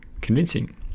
convincing